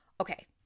okay